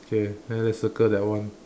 K then let's circle that one